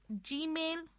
gmail